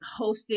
hosted